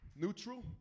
neutral